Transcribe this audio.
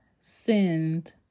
send